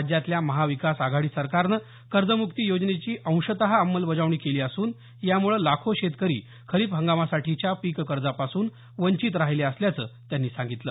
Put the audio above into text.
राज्यातल्या महाविकास आघाडी सरकारनं कर्जम्क्ती योजनेची अंशतः अंमलबजावणी केली असून यामुळे लाखो शेतकरी खरीप हंगामासाठीच्या पिक कर्जापासून वंचित राहिले असल्याचं त्यांनी सांगितलं